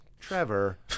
Trevor